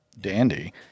dandy